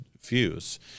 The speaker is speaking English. views